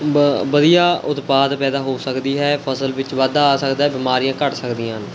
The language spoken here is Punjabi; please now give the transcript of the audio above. ਵ ਵਧੀਆ ਉਤਪਾਦ ਪੈਦਾ ਹੋ ਸਕਦੀ ਹੈ ਫ਼ਸਲ ਵਿੱਚ ਵਾਧਾ ਆ ਸਕਦਾ ਹੈ ਬਿਮਾਰੀਆਂ ਘੱਟ ਸਕਦੀਆਂ ਹਨ